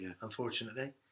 unfortunately